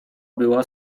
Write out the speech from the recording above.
była